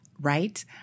right